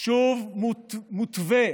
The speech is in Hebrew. שוב מותווה